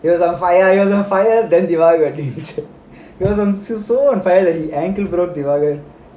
he was on fire he was on fire then divaagar